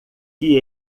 que